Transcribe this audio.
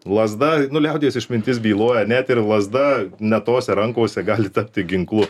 lazda nu liaudies išmintis byloja net ir lazda ne tose rankose gali tapti ginklu